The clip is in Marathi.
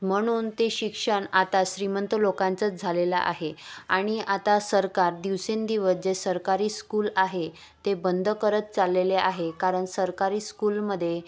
म्हणून ते शिक्षण आता श्रीमंत लोकांचंच झालेलं आहे आणि आता सरकार दिवसेंदिवस जे सरकारी स्कूल आहे ते बंद करत चाललेले आहे कारण सरकारी स्कूलमध्ये